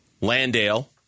Landale